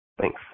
Thanks